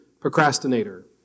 procrastinator